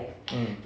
mm